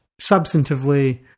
substantively